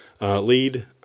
lead